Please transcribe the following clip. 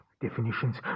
definitions